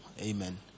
Amen